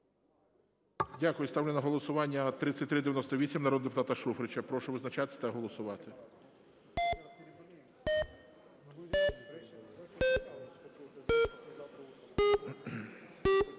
поки я ставлю на голосування 3404 народного депутата Шуфрича. Прошу визначатись та голосувати.